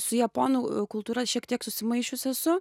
su japonų kultūra šiek tiek susimaišius esu